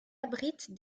abrite